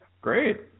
Great